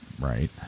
Right